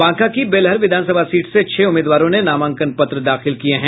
बांका की बेलहर विधानसभा सीट से छह उम्मीदवारों ने नामांकन पत्र दाखिल किये हैं